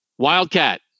Wildcat